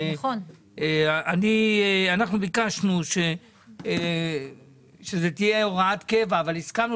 אנחנו ביקשנו שזאת תהיה הוראת קבע אבל הסכמנו